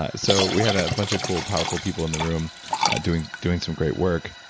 ah so we had a bunch of cool powerful people in the room doing doing some great work.